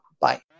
Bye